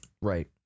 Right